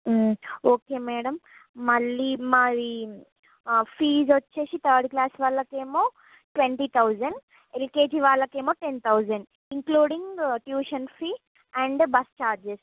okay madam మళ్ళీ మావి fees వచ్చి థర్డ్ క్లాస్ వాళ్ళకి ఏమో ట్వెంటీ థౌజండ్ ఎల్కేజీ వాళ్ళకేమో ten thousand including tuition fee and bus charges